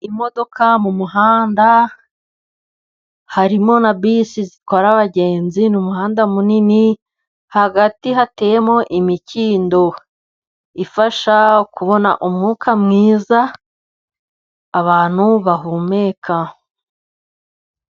Imodoka mu muhanda harimo na bisi zitwara abagenzi. Ni umuhanda munini hagati hateyemo imikindo ifasha kubona umwuka mwiza abantu bahumeka.